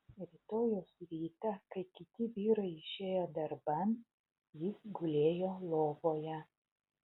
rytojaus rytą kai kiti vyrai išėjo darban jis gulėjo lovoje